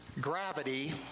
Gravity